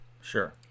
Sure